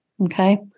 Okay